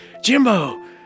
Jimbo